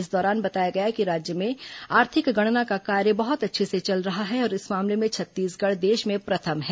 इस दौरान बताया गया कि राज्य में आर्थिक गणना का कार्य बहुत अच्छे से चल रहा है और इस मामले में छत्तीसगढ़ देश में प्रथम है